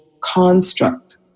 construct